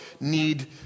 need